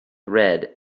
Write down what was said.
red